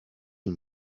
une